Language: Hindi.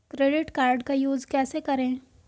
क्रेडिट कार्ड का यूज कैसे करें?